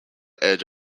edge